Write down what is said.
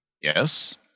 Yes